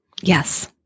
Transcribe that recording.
Yes